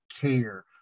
care